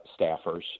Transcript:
staffers